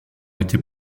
été